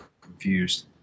confused